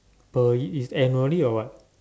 uh is is annually or what